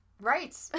right